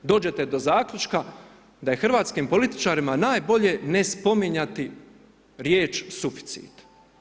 Dođete do zaključka da je hrvatskim političarima najbolje ne spominjati riječ suficit.